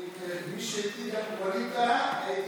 שמי שהעתיק זה ווליד טאהא.